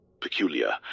peculiar